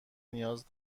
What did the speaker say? نیاز